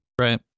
Right